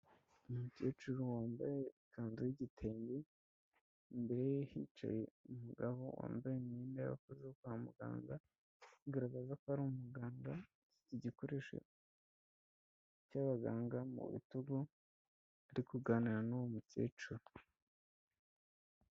Umukecuru wambaye ikanzu y'igitenge, imbere ye hicaye umugabo wambaye imyenda y'abakozi bo kwa muganga, agaragaza ko ari umuganga, igikoresho cy'abaganga mu bitugu ari kuganira n'uwo mukecuru.